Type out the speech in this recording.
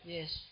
Yes